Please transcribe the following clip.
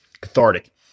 cathartic